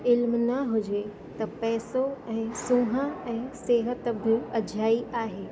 इल्मु न हुजे त पैसो ऐं सूंह ऐं सिहत बि अजाई आहे